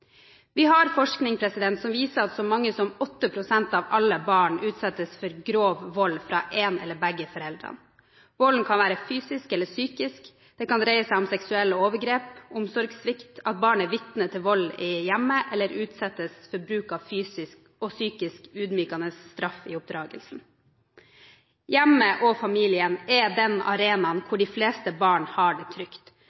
Vi har forskning som viser at så mange som 8 pst. av alle barn utsettes for grov vold fra én av eller begge foreldrene. Volden kan være fysisk eller psykisk. Det kan dreie seg om seksuelle overgrep, omsorgssvikt, at barn er vitne til vold i hjemmet, eller at de utsettes for bruk av fysisk og psykisk ydmykende straff i oppdragelsen. Hjemmet og familien er den arenaen